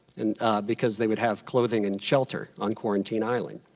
and ah because they would have clothing and shelter on quarantine island.